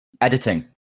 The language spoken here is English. Editing